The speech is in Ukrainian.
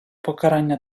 покарання